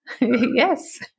Yes